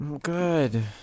Good